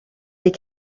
des